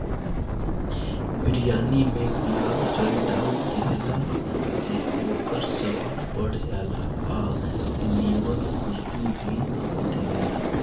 बिरयानी में गुलाब जल डाल देहला से ओकर स्वाद बढ़ जाला आ निमन खुशबू भी देबेला